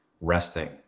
resting